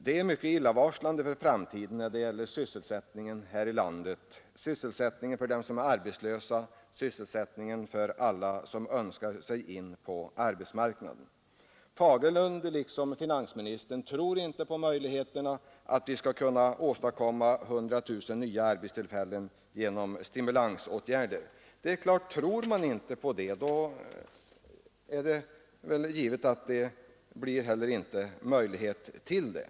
Detta är mycket illavarslande för framtiden när det gäller sysselsättningen här i landet — sysselsättningen för dem som är arbetslösa, sysselsättningen för alla som önskar komma in på arbetsmark Herr Fagerlund liksom finansministern tror inte på samhällets möjligheter att åstadkomma 100 000 nya arbetstillfällen genom stimulansåtgärder. Tror man inte på det blir det givetvis inte heller möjligt att förverkliga det.